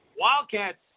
Wildcats